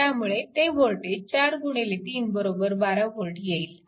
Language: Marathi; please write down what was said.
त्यामुळे ते वोल्टेज 43 बरोबर 12V येईल